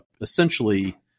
essentially